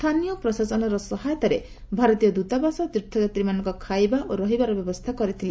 ସ୍ଥାନୀୟ ପ୍ରଶାସନର ସହାୟତାରେ ଭାରତୀୟ ଦୂତାବାସ ତୀର୍ଥଯାତ୍ରୀମାନଙ୍କ ଖାଇବା ଓ ରହିବାର ବ୍ୟବସ୍ଥା କରିଥିଲେ